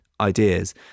ideas